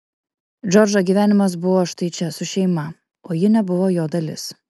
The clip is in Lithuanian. džordžo gyvenimas buvo štai čia su šeima o ji nebuvo jo dalis